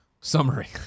Summary